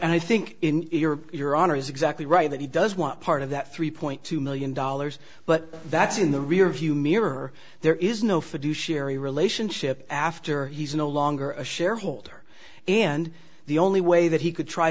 and i think in your your honor is exactly right that he does want part of that three point two million dollars but that's in the rearview mirror there is no fiduciary relationship ship after he's no longer a shareholder and the only way that he could try